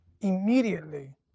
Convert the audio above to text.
immediately